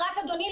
אדוני,